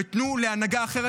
ותנו להנהגה אחרת,